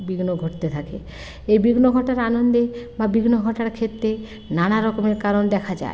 বিঘ্ন ঘটতে থাকে এই বিঘ্ন ঘটার আনন্দে বা বিঘ্ন ঘটার ক্ষেত্রে নানা রকমের কারণ দেখা যায়